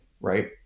right